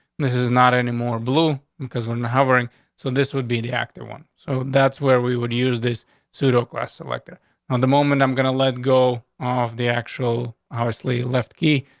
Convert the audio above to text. this is not any more blue because when hovering so this would be the actor one. so that's where we would use this pseudo class. a lecture on the moment i'm gonna let go off the actual housely left key.